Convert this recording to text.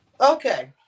okay